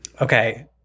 Okay